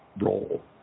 role